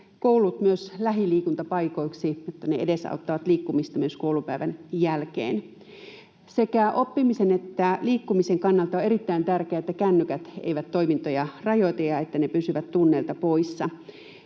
koulut myös lähiliikuntapaikoiksi. Ne edesauttavat liikkumista myös koulupäivän jälkeen. Sekä oppimisen että liikkumisen kannalta on erittäin tärkeää, että kännykät eivät toimintoja rajoita ja että ne pysyvät tunneilta poissa.